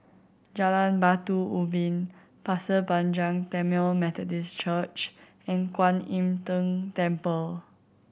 Jalan Batu Ubin Pasir Panjang Tamil Methodist Church and Kuan Im Tng Temple